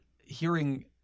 hearing